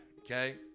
Okay